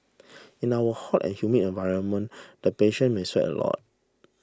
in our hot and humid environment the patient may sweat a lot